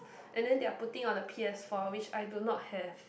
and then they are putting on the P_S-four which I do not have